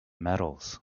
metals